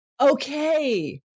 okay